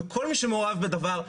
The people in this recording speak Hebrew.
וכל מי שמעורב בדבר,